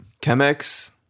Chemex